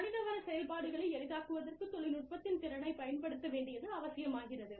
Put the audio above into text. மனிதவள செயல்பாடுகளை எளிதாக்குவதற்குத் தொழில்நுட்பத்தின் திறனை பயன்படுத்த வேண்டியது அவசியமாகிறது